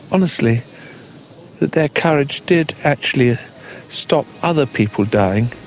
honestly, that their courage did actually stop other people dying.